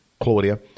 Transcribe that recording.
Claudia